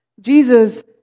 Jesus